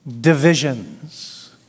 divisions